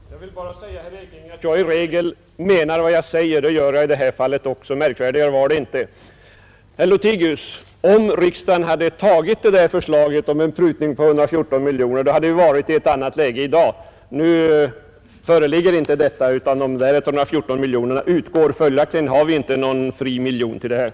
Herr talman! Jag vill bara säga till herr Ekinge att jag i regel menar vad jag säger. Det gör jag i det här fallet också. Märkvärdigare är det inte. Om riksdagen hade tagit det där förslaget om en prutning på 114 miljoner kronor, herr Lothigius, då hade vi varit i ett annat läge i dag. Nu är det inte så, utan de 114 miljonerna utgår. Följaktligen har vi inte någon miljon fri till detta.